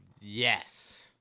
Yes